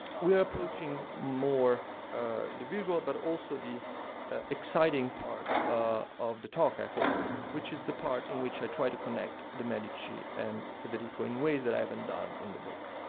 we're approaching more the visual, but also the exciting part of the talk, i hope, which is the part in which i try to connect the medici and federico in ways that i haven't done in the book.